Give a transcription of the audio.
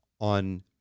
on